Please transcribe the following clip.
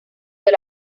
del